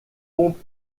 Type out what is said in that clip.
pompes